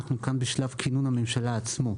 אנחנו כאן בשלב כינון הממשלה עצמו.